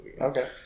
Okay